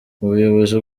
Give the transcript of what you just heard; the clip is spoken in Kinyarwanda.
ubuyobozi